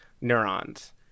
neurons